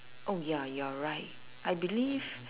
oh ya you're right I believe